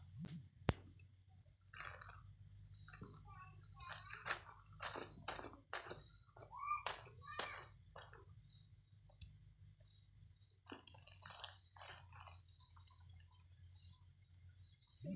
jackfruit মানে হয় এক ধরনের ফল যাকে কাঁঠাল বলে